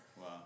Wow